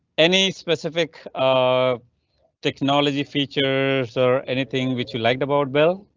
any specific um technology features or anything which you liked about bill?